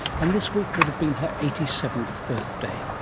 and this week would have been her eighty seventh birthday.